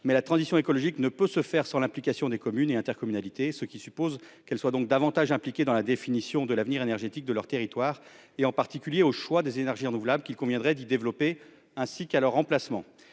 mais la transition écologique ne peut se faire sans l'engagement des communes et des intercommunalités, ce qui suppose que celles-ci soient plus impliquées dans la définition de l'avenir énergétique de leur territoire, en particulier pour le choix des énergies renouvelables qu'il conviendrait d'y développer ainsi que de leur emplacement.